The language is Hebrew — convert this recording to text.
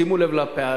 שימו לב לפרופורציות,